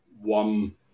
One